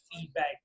feedback